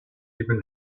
even